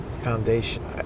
foundation